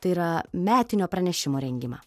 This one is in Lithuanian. tai yra metinio pranešimo rengimą